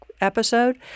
episode